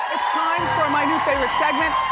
time for my new favorite segment,